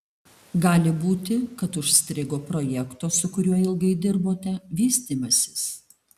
gali būti kad užstrigo projekto su kuriuo ilgai dirbote vystymasis